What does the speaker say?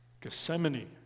Gethsemane